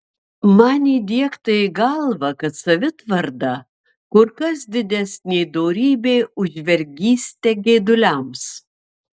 man įdiegta į galvą kad savitvarda kur kas didesnė dorybė už vergystę geiduliams